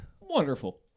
Wonderful